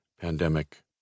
pandemic